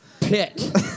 Pit